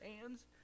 hands